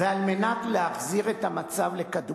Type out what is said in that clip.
בהתבסס על כך, ועל מנת להחזיר את המצב לקדמותו,